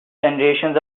generations